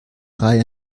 reihe